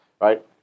right